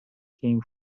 came